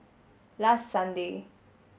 last Sunday